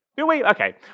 Okay